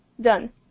done